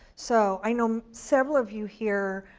so i know several of you here.